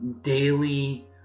Daily—